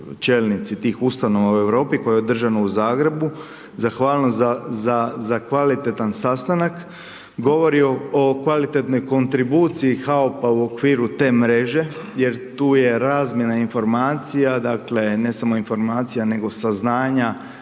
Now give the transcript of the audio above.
čelnici tih ustanova u Europi koje je održano u Zagrebu, zahvalnost za kvalitetan sastanak. Govori o kvalitetnoj kontribuciji HAOP-a u okviru te mreže jer je tu razmjena informacija, dakle, ne samo informacija nego saznanja,